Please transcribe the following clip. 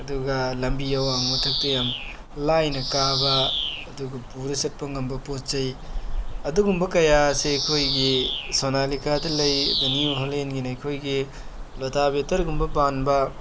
ꯑꯗꯨꯒ ꯂꯝꯕꯤ ꯑꯋꯥꯡ ꯃꯊꯛꯇ ꯌꯥꯝ ꯂꯥꯏꯅ ꯀꯥꯕ ꯑꯗꯨꯒ ꯄꯨꯔ ꯆꯠꯄ ꯉꯝꯕ ꯄꯣꯠ ꯆꯩ ꯑꯗꯨꯒꯨꯝꯕ ꯀꯌꯥ ꯑꯁꯦ ꯑꯩꯈꯣꯏꯒꯤ ꯁꯣꯅꯥꯂꯤꯀꯥꯗ ꯂꯩ ꯗ ꯅ꯭ꯌꯨ ꯍꯣꯂꯦꯟꯒꯤꯅ ꯑꯩꯈꯣꯏꯒꯤ ꯂꯇꯥꯕꯦꯇꯔꯒꯨꯝꯕ ꯄꯥꯟꯕ